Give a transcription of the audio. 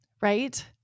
right